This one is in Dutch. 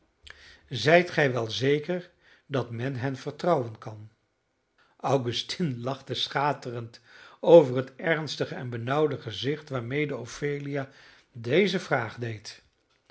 zijt gij wel zeker dat men hen vertrouwen kan augustine lachte schaterend over het ernstige en benauwde gezicht waarmede ophelia deze vraag deed